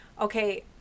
okay